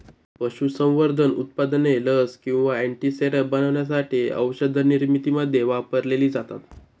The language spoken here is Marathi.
पशुसंवर्धन उत्पादने लस किंवा अँटीसेरम बनवण्यासाठी औषधनिर्मितीमध्ये वापरलेली जातात